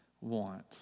want